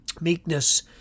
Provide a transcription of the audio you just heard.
Meekness